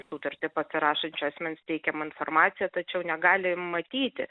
sutartį pasirašančio asmens teikiama informacija tačiau negali matyti